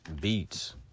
beats